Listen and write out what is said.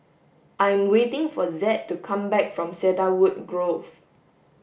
I am waiting for Zed to come back from Cedarwood Grove